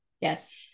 Yes